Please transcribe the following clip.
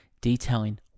detailing